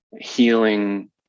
healing